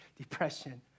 depression